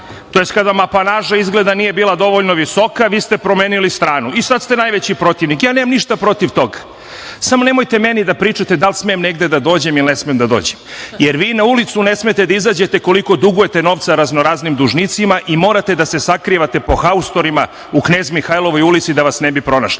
tj. kada vam apanaža izgleda nije bila dovoljno visoka vi ste promenili stranu i sada ste najveći protivnik. Ja nemam ništa protiv toga. Samo nemojte meni da pričate da li smem negde da dođem ili ne smem da dođem, jer vi na ulicu ne smete da izađete koliko dugujete novca razno raznim dužnicima i morate da se sakrivate po haustorima u Knez Mihajlovoj ulici da vas ne bi pronašli.